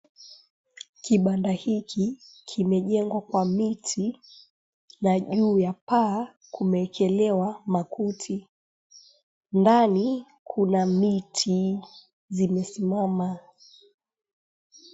Kibanda hiki kimejengwa kwa miti na juu ya paa kumeekelewa makuti. Ndani kuna miti zimesimama.